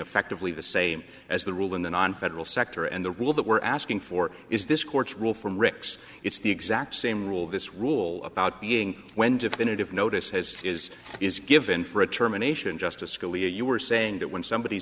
effectively the same as the rule in the non federal sector and the rule that we're asking for is this court's rule from rick's it's the exact same rule this rule about being when definitive notice has is is given for a terminations justice scalia you were saying that when somebody